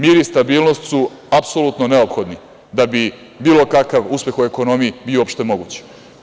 Mir i stabilnost su apsolutno neophodni da bilo kakav uspeh u ekonomiji bio uopšte moguć.